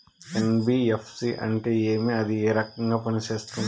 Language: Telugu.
ఎన్.బి.ఎఫ్.సి అంటే ఏమి అది ఏ రకంగా పనిసేస్తుంది